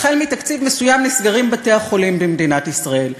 והחל מתקציב מסוים נסגרים בתי-החולים במדינת ישראל.